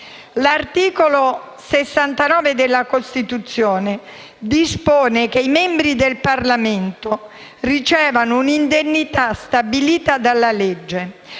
L'articolo 69 della Costituzione dispone che i membri del Parlamento ricevano un'indennità stabilita dalla legge.